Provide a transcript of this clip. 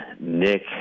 nick